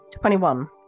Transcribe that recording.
twenty-one